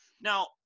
Now